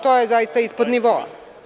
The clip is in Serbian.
To je zaista ispod nivoa.